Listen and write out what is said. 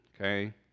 Okay